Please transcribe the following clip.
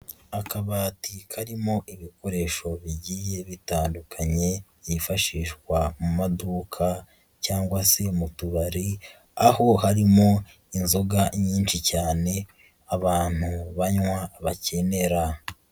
Akabati karimo ibikoresho bigiye bitandukanye, byifashishwa mu maduka cyangwa se mu tubari, aho harimo inzoga nyinshi cyane abantu banywa bakenera.